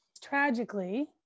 tragically